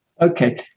Okay